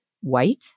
white